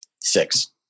Six